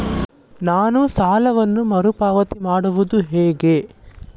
ನಾನು ಸಾಲವನ್ನು ಮರುಪಾವತಿ ಮಾಡುವುದು ಹೇಗೆ?